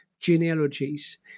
genealogies